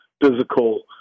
physical